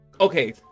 Okay